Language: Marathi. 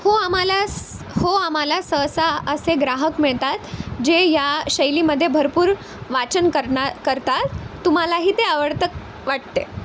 हो आम्हाला हो आम्हाला सहसा असे ग्राहक मिळतात जे या शैलीमध्ये भरपूर वाचन करना करतात तुम्हालाही ते आवडतं वाटते